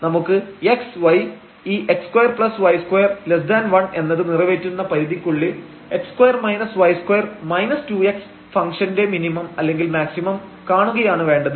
നമുക്ക് x y ഈ x2y21 എന്നത് നിറവേറ്റുന്ന പരിധിക്കുള്ളിൽ x2 y2 2x ഫംഗ്ഷന്റെ മിനിമം അല്ലെങ്കിൽ മാക്സിമം കാണുകയാണ് വേണ്ടത്